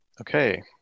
Okay